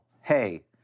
hey—